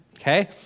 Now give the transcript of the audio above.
Okay